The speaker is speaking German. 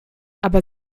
aber